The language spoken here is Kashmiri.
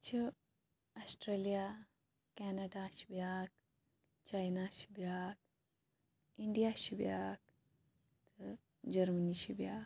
اکھ چھِ اَسٹریلیا کیٚنَیڈا چھِ بیاکھ چاینا چھِ بیاکھ اِنڈیا چھِ بیاکھ جرمنی چھِ بیاکھ